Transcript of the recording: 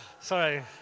Sorry